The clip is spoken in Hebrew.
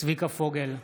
צביקה פוגל,